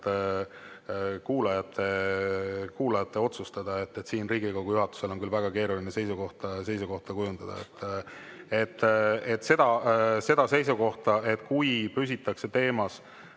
kuulajate otsustada, siin on Riigikogu juhatusel küll väga keeruline seisukohta kujundada. Seda seisukohta, et kui püsitakse teemas,